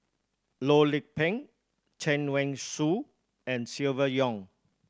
Loh Lik Peng Chen Wen Hsi and Silvia Yong